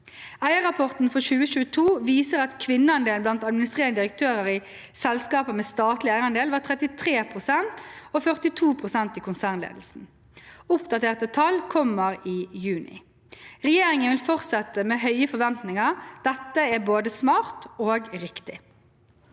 Eierrapporten for 2022 viser at kvinneandelen blant administrerende direktører i selskaper med statlig eieran del var 33 pst. og 42 pst. i konsernledelsen. Oppdaterte tall kommer i juni. Regjeringen vil fortsette med høye forventninger. Dette er både smart og riktig.